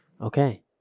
Okay